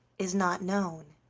is not known.